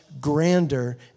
grander